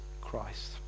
Christ